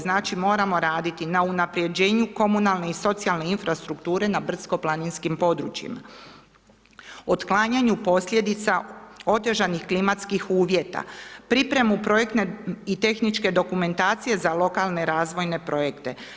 Znači, moramo raditi na unapređenju komunalne i socijalne infrastrukture na brdsko planinskim područjima, otklanjanju posljedica otežanih klimatskih uvjeta, pripremu projektne i tehničke dokumentacije za lokalne razvojne projekte.